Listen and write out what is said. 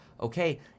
okay